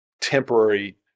temporary